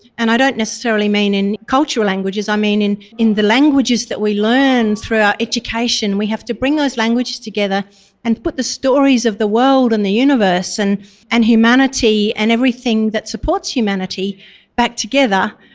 and i don't necessarily mean in cultural languages, i mean in in the languages we learn through our education. we have to bring those languages together and put the stories of the world and the universe and and humanity and everything that supports humanity back together.